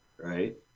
Right